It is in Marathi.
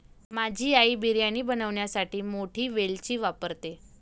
माझी आई बिर्याणी बनवण्यासाठी मोठी वेलची वापरते